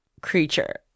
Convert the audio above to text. creature